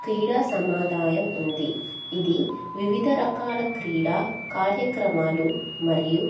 క్రీడా సముదాయం ఉంది ఇది వివిధ రకాల క్రీడా కార్యక్రమాలు మరియు